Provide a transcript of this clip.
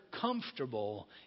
comfortable